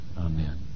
Amen